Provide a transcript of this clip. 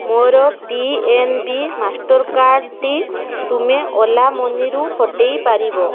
ମୋର ପିଏନବି ମାଷ୍ଟର୍କାର୍ଡ଼ଟି ତୁମେ ଓଲା ମନିରୁ ହଟେଇ ପାରିବ